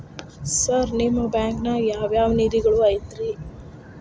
Sir ನಿಮ್ಮ ಬ್ಯಾಂಕನಾಗ ಯಾವ್ ಯಾವ ನಿಧಿಗಳು ಐತ್ರಿ?